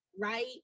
Right